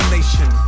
Nation